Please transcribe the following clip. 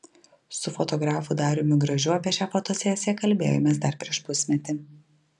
su fotografu dariumi gražiu apie šią fotosesiją kalbėjomės dar prieš pusmetį